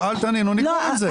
שאלת, ענינו, נגמור עם זה.